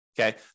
Okay